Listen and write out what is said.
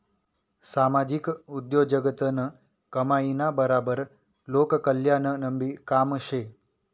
सामाजिक उद्योगजगतनं कमाईना बराबर लोककल्याणनंबी काम शे